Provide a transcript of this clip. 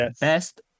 best